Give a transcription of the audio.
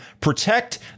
protect